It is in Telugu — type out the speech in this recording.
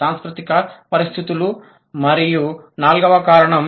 సాంస్కృతిక పరిస్థితులు మరియు నాల్గవ కారణం